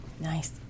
Nice